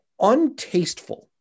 untasteful